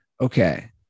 Okay